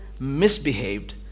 misbehaved